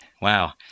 Wow